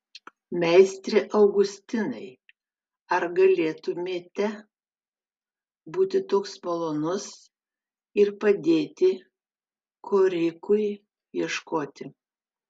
meistre augustinai ar galėtumėte būti toks malonus ir padėti korikui ieškoti